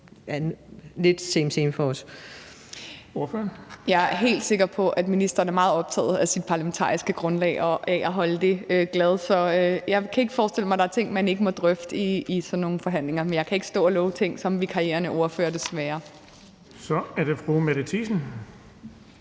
Ida Auken (S): Jeg er helt sikker på, at ministeren er meget optaget af sit parlamentariske grundlag og af at holde det glad. Så jeg kan ikke forestille mig, at der er ting, man ikke må drøfte, i sådan nogle forhandlinger. Men jeg kan ikke stå og love ting som vikarierende ordfører, desværre. Kl. 15:54 Den fg.